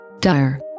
dire